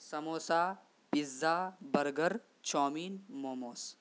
samosa pizza burger chow mein momos